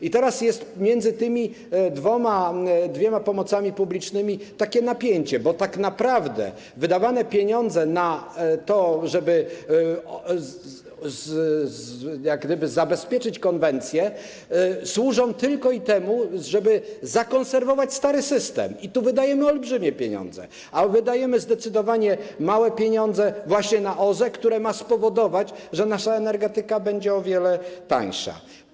I teraz jest między tymi dwiema pomocami publicznymi takie napięcie, bo tak naprawdę pieniądze wydawane na to, żeby zabezpieczyć konwencję, służą tylko temu, żeby zakonserwować stary system - i tu wydajemy olbrzymie pieniądze - a wydajemy zdecydowanie małe pieniądze właśnie na OZE, które ma spowodować, że nasza energetyka będzie o wiele tańsza.